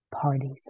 parties